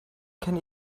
kenne